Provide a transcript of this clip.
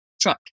truck